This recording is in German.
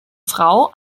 frau